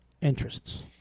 interests